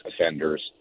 offenders